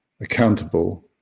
accountable